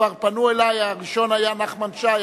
אין נמנעים.